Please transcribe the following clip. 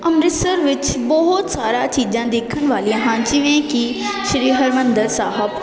ਅੰਮ੍ਰਿਤਸਰ ਵਿੱਚ ਬਹੁਤ ਸਾਰੀਆਂ ਚੀਜ਼ਾਂ ਦੇਖਣ ਵਾਲੀਆਂ ਹਨ ਜਿਵੇਂ ਕਿ ਸ਼੍ਰੀ ਹਰਿਮੰਦਰ ਸਾਹਿਬ